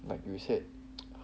like you said